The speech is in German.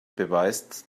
beweist